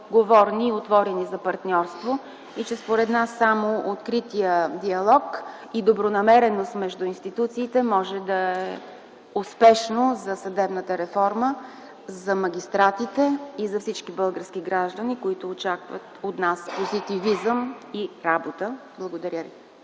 отворени за партньорство и според нас само откритият диалог и добронамереност между институциите може да е успешно за съдебната реформа, за магистратите и за всички български граждани, които очакват от нас позитивизъм и работа. Благодаря.